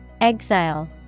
Exile